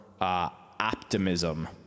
optimism